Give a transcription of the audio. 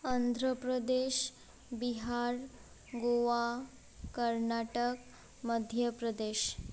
Andhra Pradesh Bihar Goa Karnataka Madhya Pradesh